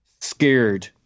scared